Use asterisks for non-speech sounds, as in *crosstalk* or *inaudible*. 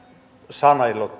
sanellut *unintelligible*